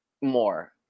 more